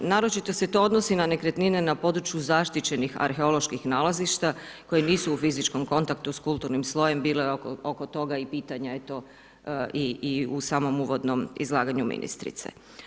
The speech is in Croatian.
Naročito se to odnosi na nekretnine na području zaštićenih arheoloških nalazišta koje nisu u fizičkom kontaktu s kulturnim slojem, bilo je oko toga i pitanja i u samom uvodnom izlaganju ministrice.